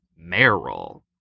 Meryl